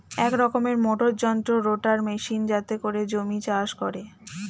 এক রকমের মোটর যন্ত্র রোটার মেশিন যাতে করে জমি চাষ করে